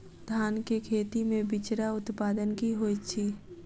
धान केँ खेती मे बिचरा उत्पादन की होइत छी?